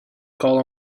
call